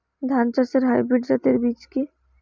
ধান চাষের হাইব্রিড জাতের বীজ কি?